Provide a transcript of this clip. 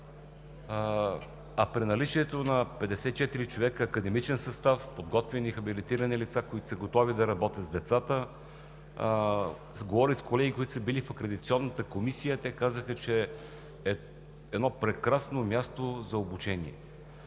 и при наличието на 54 човека академичен състав – подготвени и хабилитирани лица, които са готови да работят с децата. Говорих с колеги, които са били в Акредитационната комисия, те казаха, че е едно прекрасно място за обучение.